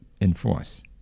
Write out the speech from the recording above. enforce